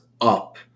up